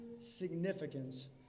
significance